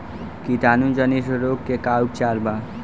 कीटाणु जनित रोग के का उपचार बा?